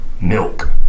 milk